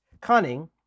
cunning